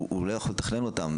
הוא לא יכול לתכנן אותם,